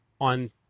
on